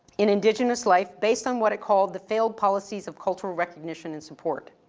in indigenous life, based on what it called the failed policies of cultural recognition and support.